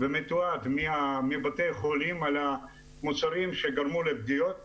ומתועד מבתי החולים על המוצרים שגרמו לפגיעות בגוף,